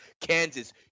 Kansas